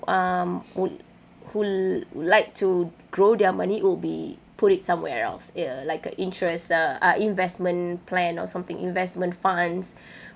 um would who like to grow their money would be put it somewhere else ya like a interest uh ah investment plan or something investment funds